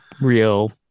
real